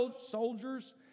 soldiers